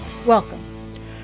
welcome